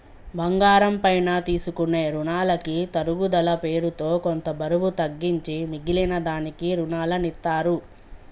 బంగారం పైన తీసుకునే రునాలకి తరుగుదల పేరుతో కొంత బరువు తగ్గించి మిగిలిన దానికి రునాలనిత్తారు